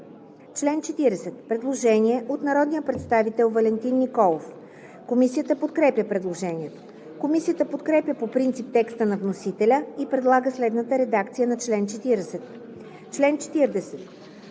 чл. 40 има предложение от народния представител Валентин Николов. Комисията подкрепя предложението. Комисията подкрепя по принцип текста на вносителя и предлага следната редакция на чл. 40: „Чл. 40.